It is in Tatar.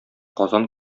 казан